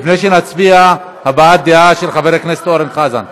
לפני שנצביע, הבעת דעה של חבר הכנסת אורן חזן.